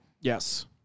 Yes